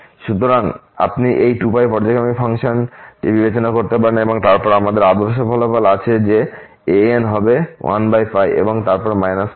সুতরাং আপনি এই 2π পর্যায়ক্রমিক ফাংশনটি বিবেচনা করতে পারেন এবং তারপরে আমাদের আদর্শ ফলাফল আছে যে an হবে 1 এবং তারপর -π থেকে এ